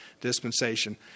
dispensation